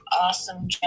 awesome